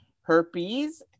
herpes